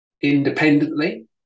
independently